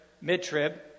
mid-trib